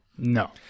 No